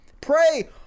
Pray